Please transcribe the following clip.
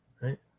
Right